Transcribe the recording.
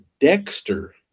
Dexter